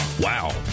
Wow